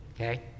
okay